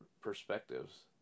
perspectives